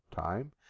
time